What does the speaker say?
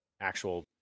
actual